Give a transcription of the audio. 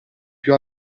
più